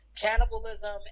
cannibalism